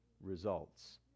results